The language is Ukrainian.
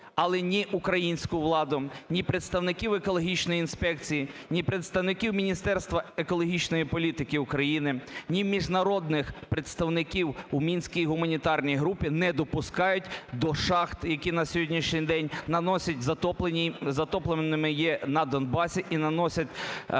Але ні українську владу, ні представників екологічної інспекції, ні представників Міністерства екологічної політики України, ні міжнародних представників у Мінській гуманітарній групі не допускають до шахт, які на сьогоднішній день наносять затоплені… затопленими є на Донбасі і наносять достатньо